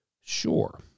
Sure